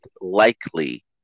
likely